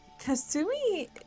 kasumi